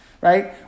right